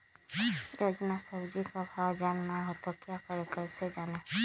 रोजाना सब्जी का भाव जानना हो तो क्या करें कैसे जाने?